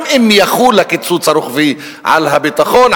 גם אם יחול הקיצוץ הרוחבי על הביטחון,